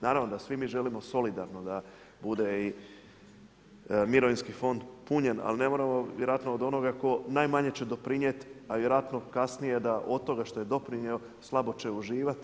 Naravno da svi mi želimo solidarno da bude i mirovinski fond punjen ali ne moramo vjerojatno od onoga tko najmanje će doprinijeti a vjerojatno kasnije da od toga što je doprinio slabo će uživati.